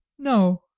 no,